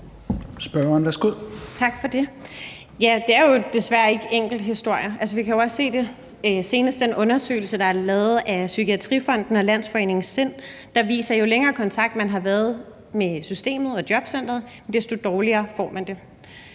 det er jo desværre ikke enkelthistorier. Altså, vi kan jo også se det af den undersøgelse, der senest er lavet af Psykiatrifonden og Landsforeningen SIND, der viser, at jo længere tid man har været i kontakt med systemet og jobcenteret, desto dårligere får man det.